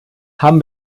haben